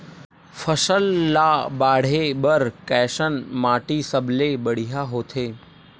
फसल ला बाढ़े बर कैसन माटी सबले बढ़िया होथे?